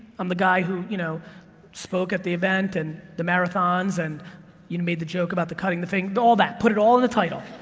i'm the guy who you know spoke at the event, and the marathons, and you know made the joke about cutting the thing and all that, put it all in the title,